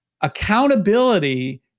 accountability